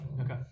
Okay